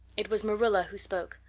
it was marilla who spoke,